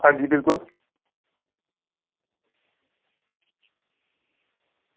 हां जी बिलकुल